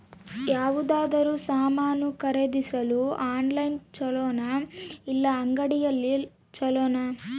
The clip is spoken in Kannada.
ಯಾವುದಾದರೂ ಸಾಮಾನು ಖರೇದಿಸಲು ಆನ್ಲೈನ್ ಛೊಲೊನಾ ಇಲ್ಲ ಅಂಗಡಿಯಲ್ಲಿ ಛೊಲೊನಾ?